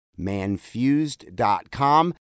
manfused.com